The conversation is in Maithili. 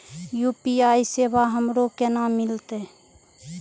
यू.पी.आई सेवा हमरो केना मिलते?